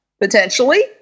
Potentially